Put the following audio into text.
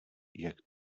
jak